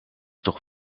toch